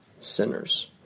sinners